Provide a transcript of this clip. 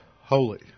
holy